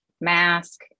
Mask